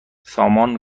سامان